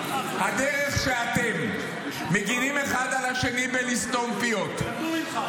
הדרך שבה אתם מגינים אחד על השני בלסתום פיות -- למדו ממך.